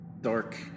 dark